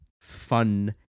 fun